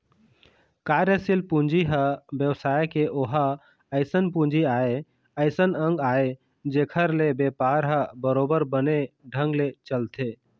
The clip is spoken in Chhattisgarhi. कार्यसील पूंजी ह बेवसाय के ओहा अइसन पूंजी आय अइसन अंग आय जेखर ले बेपार ह बरोबर बने ढंग ले चलथे